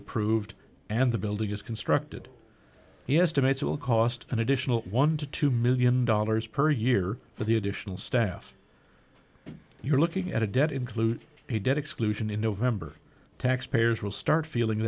approved and the building is constructed he estimates it will cost an additional one dollar to two million dollars per year for the additional staff you're looking at a debt includes a debt exclusion in november taxpayers will start feeling